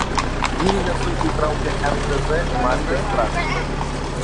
jį nesunkiai traukia mtz markės traktoriai